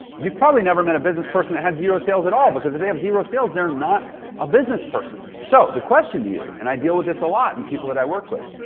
you've probably never met a business person that had zero sales at all because if they have zero sales, they're not a business person. so the question to you, and i deal with this a lot, and people that i work with,